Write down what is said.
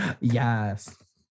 yes